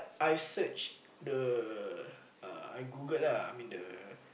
I searched the uh I Googled lah I mean the